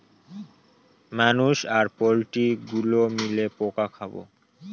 মানুষ আর পোল্ট্রি গুলো মিলে পোকা খাবো